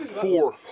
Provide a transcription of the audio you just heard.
four